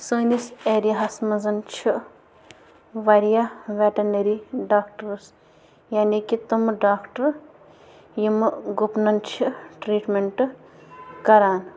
سٲنِس ایریاہَس منٛز چھِ واریاہ وٮ۪ٹَنٔری ڈاکٹرٛس یعنی کہِ تِمہٕ ڈاکٹر یِمہٕ گُپنَن چھِ ٹرٛیٖٹمٮ۪نٛٹ کران